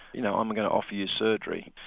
you know um i'm going to offer you surgery.